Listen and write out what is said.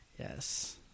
yes